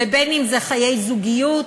ואם זה חיי זוגיות,